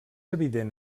evident